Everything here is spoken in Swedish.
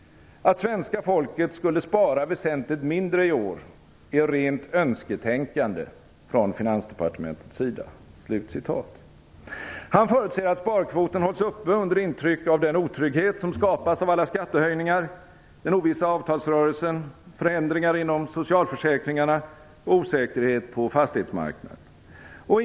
Han förutser att sparkvoten hålls uppe under intryck av den otrygghet som skapas av alla skattehöjningar, den ovissa avtalsrörelsen, förändringar inom socialförsäkringarna och osäkerhet på fastighetsmarknaden.